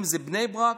אם זה בני ברק,